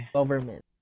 government